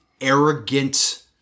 arrogant